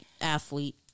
athlete